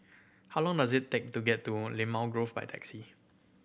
how long does it take to get to Limau Grove by taxi